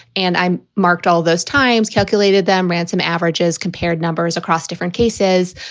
and i marked all those times, calculated them ransom averages, compared numbers across different cases.